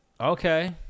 Okay